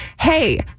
hey